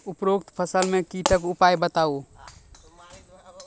उपरोक्त फसल मे कीटक उपाय बताऊ?